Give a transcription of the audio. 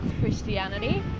Christianity